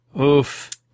Oof